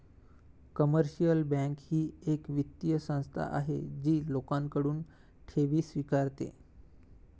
commercial bank ही एक वित्तीय संस्था आहे जी लोकांकडून ठेवी स्वीकारते